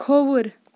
کھووُر